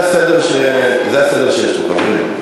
זה הסדר שיש פה, חברים.